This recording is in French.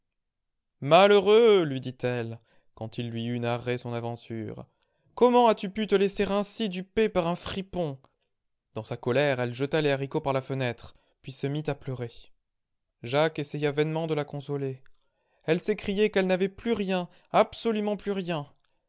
malheureux lui dit-elle quand il lui eut narré son aventure comment as-tu pu te laisser ainsi duper par un fripon dans sa colère elle jeta les haricots par la fenêtre puis se mit à pleurer jacques essaya vainement de la consoler elle s'écriait qu'elle n'avait plus rien absolument plus rien